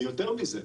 ויותר מזה,